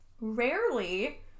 Rarely